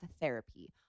therapy